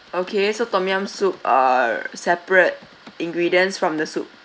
okay so tom yam soup uh separate ingredients from the soup